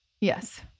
Yes